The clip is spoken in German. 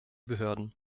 behörden